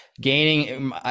Gaining